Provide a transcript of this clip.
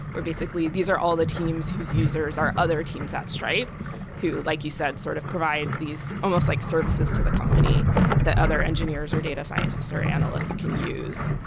where basically these are all the teams whose users are other teams at stripe who, like you said, sort of provide these almost like services to the company that other engineers or data scientists or analysts can use.